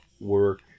work